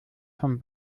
von